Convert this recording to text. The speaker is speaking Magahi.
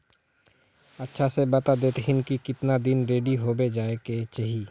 अच्छा से बता देतहिन की कीतना दिन रेडी होबे जाय के चही?